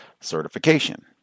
certification